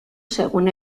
según